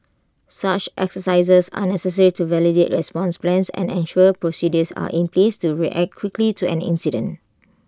such exercises are necessary to validate response plans and ensure procedures are in place to react quickly to an incident